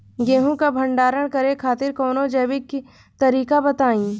गेहूँ क भंडारण करे खातिर कवनो जैविक तरीका बताईं?